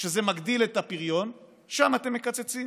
שזה מגדיל את הפריון, שם אתם מקצצים,